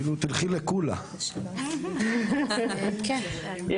כאילו, תלכי ל --- יש ויש.